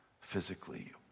physically